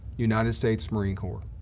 united states marine corps.